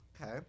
Okay